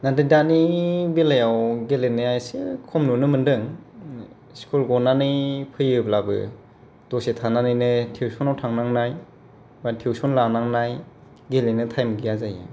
नाथाय दानि बेलायाव गेलेनाया एसे खम नुनो मोनदों स्कुल गनानै फैयोब्लाबो दसे थानानैनो टुइशनाव थांनांनाय बा टुइशन लानांनाय गेलेनो टाइम गैया जायो